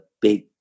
big